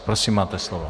Prosím, máte slovo.